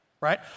right